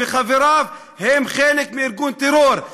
וחבריו הם חלק מארגון טרור.